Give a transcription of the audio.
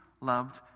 loved